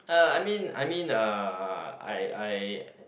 uh I mean I mean uh I I